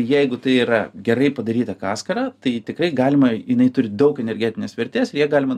jeigu tai yra gerai padaryta kaskara tai tikrai galima jinai turi daug energetinės vertės ir ją galima